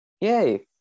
yay